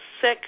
sick